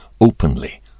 openly